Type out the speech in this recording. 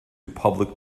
public